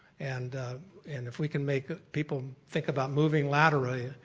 and and if we can make people think about moving laterally,